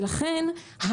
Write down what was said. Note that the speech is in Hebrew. ולכן,